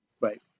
Right